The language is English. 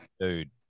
dude